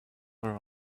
girl